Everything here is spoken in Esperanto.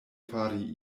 fari